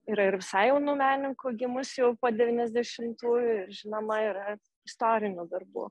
yra ir visai jaunų menininkų gimusių jau po devyniasdešimtųjų ir žinoma yra istorinių darbų